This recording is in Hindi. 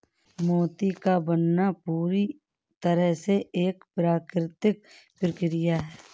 मोती का बनना पूरी तरह से एक प्राकृतिक प्रकिया है